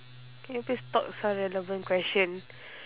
can you please talk some relevant question